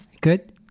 Good